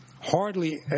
hardly